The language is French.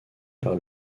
par